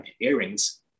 earrings